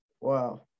Wow